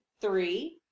three